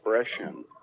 expression